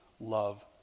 love